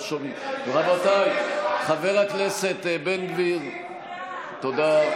רבותיי, חבר הכנסת בן גביר, תודה.